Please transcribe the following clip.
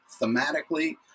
thematically